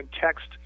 text